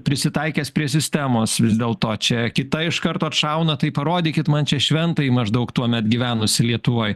prisitaikęs prie sistemos vis dėlto čia kita iš karto atšauna tai parodykit man čia šventąjį maždaug tuomet gyvenusį lietuvoj